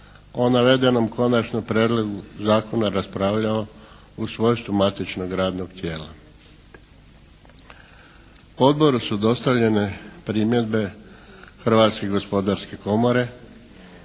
o navedenom konačnom prijedlogu zakona raspravljao u svojstvu matičnog radnog tijela. Odboru su dostavljene primjedbe Hrvatske gospodarske komore